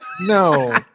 no